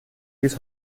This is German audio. bis